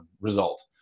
result